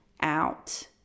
out